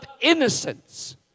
innocence